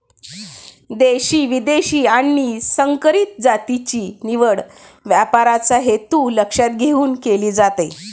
देशी, विदेशी आणि संकरित जातीची निवड व्यापाराचा हेतू लक्षात घेऊन केली जाते